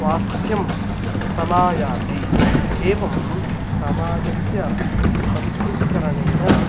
स्वास्थ्यं समायाति एवं समाजस्य संस्कृतिकरणेन